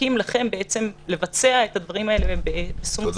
זקוקים לכם לבצע את הדברים האלה בשום שכל.